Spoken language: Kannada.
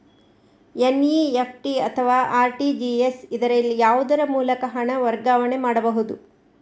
ಎನ್.ಇ.ಎಫ್.ಟಿ ಅಥವಾ ಆರ್.ಟಿ.ಜಿ.ಎಸ್, ಇದರಲ್ಲಿ ಯಾವುದರ ಮೂಲಕ ಹಣ ವರ್ಗಾವಣೆ ಮಾಡಬಹುದು?